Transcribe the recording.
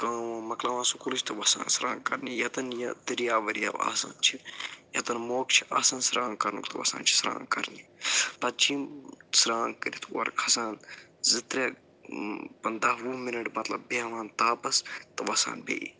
کٲم وٲم مکلاوان سُکوٗلٕچ تہٕ وَسان سرٛان کَرنہِ ییٚتٮ۪ن یہِ دٔریاو ؤریاو آسان چھِ ییٚتٮ۪ن موقہٕ چھُ آسان سران کرنُک تہٕ وَسان چھِ سرٛان کرنہِ پتہٕ چھِ یِم سرٛان کٔرِتھ اورٕ کھسان زٕ ترٛےٚ پنٛداہ وُہ منٛٹ مطلب بیٚہوان تاپس تہٕ وَسان بیٚیہِ